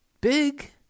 big